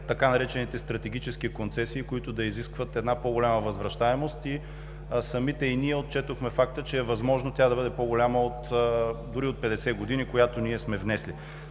така наречените „стратегически концесии“, които да изискват по-голяма възвръщаемост. Самите ние отчетохме факта, че е възможно тя да бъде по-голяма дори от 50 години – както сме внесли.